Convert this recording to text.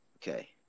Okay